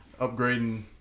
upgrading